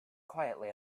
quietly